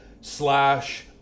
slash